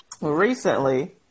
Recently